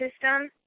system